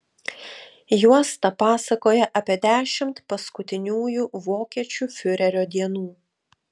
juosta pasakoja apie dešimt paskutiniųjų vokiečių fiurerio dienų